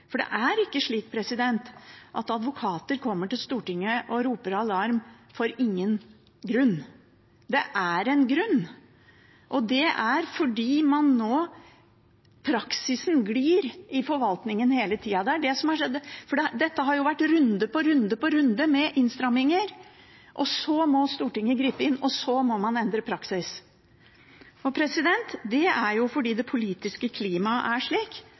For det er ikke slik at advokater kommer til Stortinget og roper alarm av ingen grunn. Det er en grunn, og det er at praksisen nå glir i forvaltningen hele tiden. Det er det som har skjedd, for her har det jo vært runde på runde med innstramminger – og så må Stortinget gripe inn, og så må man endre praksis. Og det er jo fordi det politiske klimaet er slik